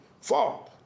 Four